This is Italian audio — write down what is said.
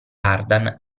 ardan